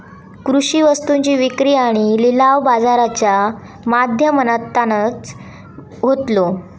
कृषि वस्तुंची विक्री आणि लिलाव बाजाराच्या माध्यमातनाच होतलो